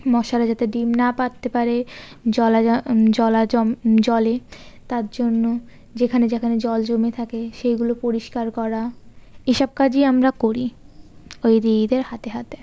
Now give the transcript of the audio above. মশারা যাতে ডিম না পাড়তে পারে জলা জলা জলে তার জন্য যেখানে যেখানে জল জমে থাকে সেইগুলো পরিষ্কার করা এইসব কাজই আমরা করি ওই দিদিদের হাতে হাতে